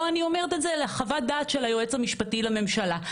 לא אני אומרת את זה אלא היועץ המשפטי לממשלה בחוות דעת.